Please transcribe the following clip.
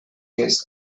has